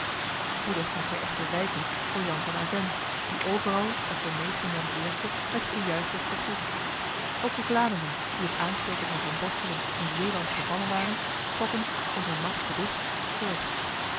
spoedig moest hij echter wijken voor jan van avennes die overal als de neef van jan i met gejuich werd begroet ook de vlamingen die op aanstoken van van borselen in zeeland gevallen waren trokken voor zijne macht beducht terug